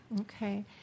Okay